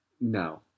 No